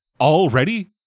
Already